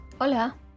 Hola